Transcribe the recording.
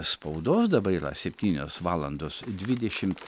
spaudos dabar yra septynios valandos dvidešimt